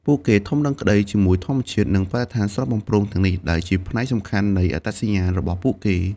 ពួកគេធំដឹងក្តីជាមួយធម្មជាតិ និងបរិស្ថានស្រស់បំព្រងទាំងនេះ ដែលជាផ្នែកសំខាន់នៃអត្តសញ្ញាណរបស់ពួកគេ។